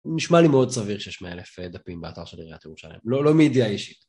נשמע לי מאוד סביר שיש מאה אלף דפים באתר של עיריית ירושלים, לא לא מידיעה אישית.